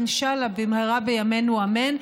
אינשאללה במהרה בימינו אמן.